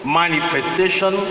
manifestation